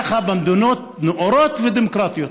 ככה במדינות נאורות ודמוקרטיות.